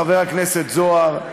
חבר הכנסת זוהר,